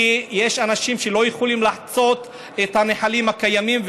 כי יש אנשים שלא יכולים לחצות את הנחלים הקיימים,